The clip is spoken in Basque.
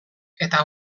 eta